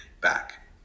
back